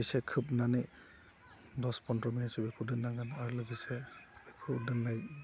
एसे खोबनानै दस फनद्र मिनिटसो बेखौ दोन्नांगोन आरो लोगोसे बेखौ दोन्नाय